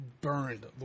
burned